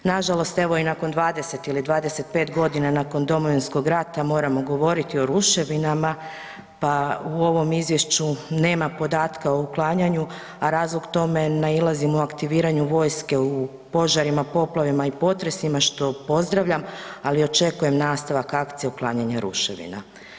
Nažalost, evo i nakon 20 ili 25 godina nakon Domovinskog rata moramo govoriti o ruševinama pa u ovom izvješću nema podatka o uklanjanju, a razlog tome nailazimo u aktiviranju vojske u požarima, poplavama i potresima što pozdravljam, ali očekujem nastavak akcija uklanjanja ruševina.